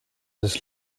his